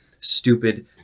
stupid